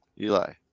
Eli